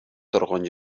торган